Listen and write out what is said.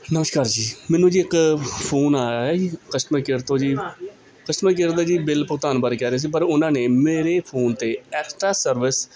ਨਮਸਕਾਰ ਜੀ ਮੈਨੂੰ ਜੀ ਇੱਕ ਫੋਨ ਆਇਆ ਹੈ ਜੀ ਕਸਟਮਰ ਕੇਅਰ ਤੋਂ ਜੀ ਕਸਟਮਰ ਕੇਅਰ ਦਾ ਜੀ ਬਿੱਲ ਭੁਗਤਾਨ ਬਾਰੇ ਕਹਿ ਰਹੇ ਸੀ ਪਰ ਉਹਨਾਂ ਨੇ ਮੇਰੇ ਫੋਨ 'ਤੇ ਐਕਸਟ੍ਰਾ ਸਰਵਿਸ